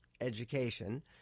education